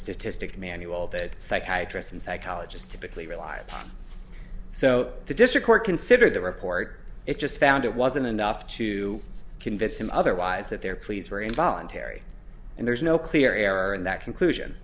statistical manual that psychiatry and psychologists typically rely upon so the district court considered the report it just found it wasn't enough to convince him otherwise that their pleas for involuntary and there's no clear error in that conclusion